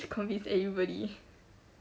to convince everybody